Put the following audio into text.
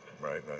right